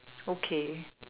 okay